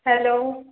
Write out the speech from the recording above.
hello